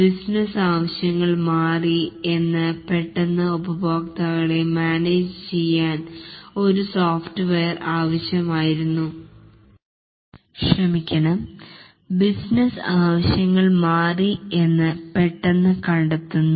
ബിസിനസിന് മാറ്റങ്ങൾ ആവശ്യമാണ് അതായത് ചില ബിസിനസ് ആവശ്യങ്ങൾക്കായി സോഫ്റ്റ്വെയർ നേടാൻ താൽപര്യപ്പെടുന്ന ഉപഭോക്താവ്ബിസിനസ് ആവശ്യങ്ങൾ മാറി എന്ന് പെട്ടെന്ന് കണ്ടെത്തുന്നു